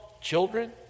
children